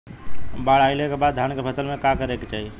बाढ़ आइले के बाद धान के फसल में का करे के चाही?